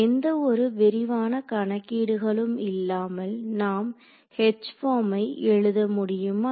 எந்த ஒரு விரிவான கணக்கீடுகளும் இல்லாமல் நாம் H பார்மை எழுத முடியுமா